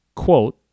Quote